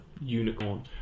unicorn